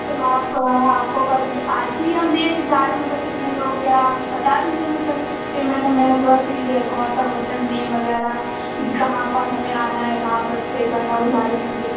तो आप आप को कल आज ही हम भेज दें सारे मतलब कितने लोग का क्या आप बता दीजिए मतलब पेमेंट है मेरा पूरा क्लीयर कौन सा होटल नेम वग़ैरह कहाँ पास हमें आना है कहाँ पर स्टे करना है वह सारी चीज़ें